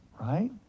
right